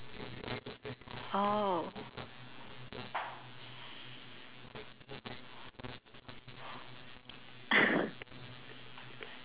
oh